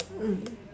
mm